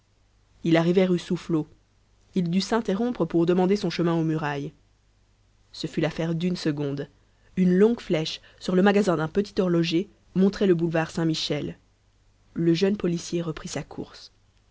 il arrivait rue soufflot il dut s'interrompre pour demander son chemin aux murailles ce fut l'affaire d'une seconde une longue flèche sur le magasin d'un petit horloger montrait le boulevard saint-michel le jeune policier reprit sa course